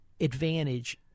advantage